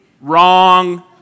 wrong